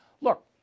Look